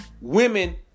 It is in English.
women